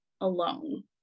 alone